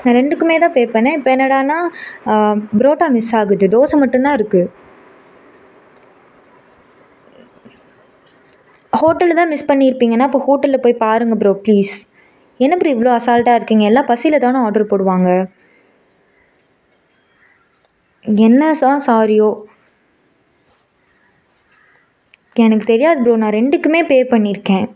நான் ரெண்டுக்குமே தான் பே பண்ணிணேன் இப்போ என்னடானா பரோட்டா மிஸ் ஆகுது தோசை மட்டுந்தான் இருக்குது ஹோட்டலில் தான் மிஸ் பண்ணிருப்பிங்கனா அப்போ ஹோட்டலில் போய் பாருங்க ப்ரோ ப்ளீஸ் என்ன ப்ரோ இவ்வளோ அசால்ட்டாக இருக்கிங்க எல்லாம் பசியில் தான ஆர்ட்ரு போடுவாங்க என்ன ஸ் தான் சாரியோ எனக்கு தெரியாது ப்ரோ நான் ரெண்டுக்குமே பே பண்ணிருக்கேன்